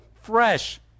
fresh